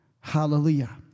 Hallelujah